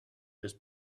this